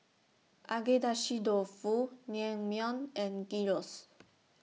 Agedashi Dofu Naengmyeon and Gyros